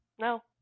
no